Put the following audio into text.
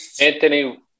anthony